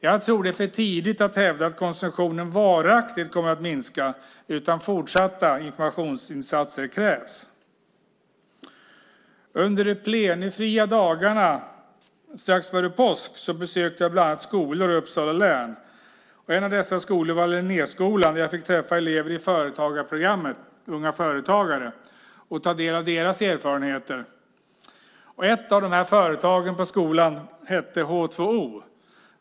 Jag tror att det är för tidigt att hävda att konsumtionen varaktigt kommer att minska, utan fortsatta informationsinsatser krävs. Under de plenifria dagarna strax före påsk besökte jag bland annat skolor i Uppsala län. En av dessa var Linnéskolan där jag fick träffa elever i företagarprogrammet Unga företagare och ta del av deras erfarenheter. Ett av företagen på skolan hette H2O.